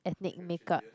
ethnic make-up